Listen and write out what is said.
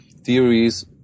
theories